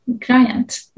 client